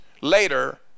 later